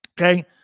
Okay